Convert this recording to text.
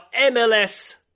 MLS